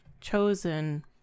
chosen